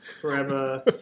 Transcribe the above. forever